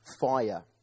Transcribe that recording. fire